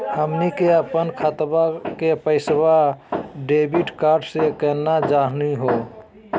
हमनी के अपन खतवा के पैसवा डेबिट कार्ड से केना जानहु हो?